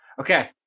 okay